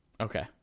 Okay